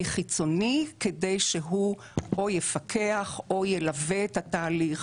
חיצוני כדי שהוא או יפקח או ילווה את התהליך